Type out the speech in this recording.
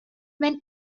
when